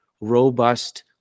robust